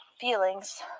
feelings